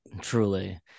Truly